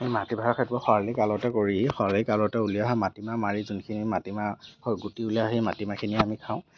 এই মাটিমাহৰ খেতিবোৰ খৰালি কালতে কৰি খৰালি কালতে উলিওৱা হয় মাটিমাহ মাৰি যোনখিনি মাটিমাহৰ গুটি উলিওৱা হয় সেই মাটিমাহখিনি আমি খাওঁ